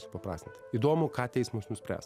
supaprastintai įdomu ką teismas nuspręs